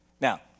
Now